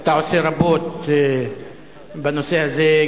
ואתה עושה רבות בנושא הזה,